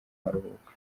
nkaruhuka